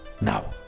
Now